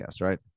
right